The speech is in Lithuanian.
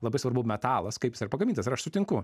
labai svarbu metalas kaip jis yra pagamintas ir aš sutinku